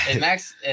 Max